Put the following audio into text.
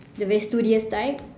the very studious type